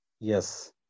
Yes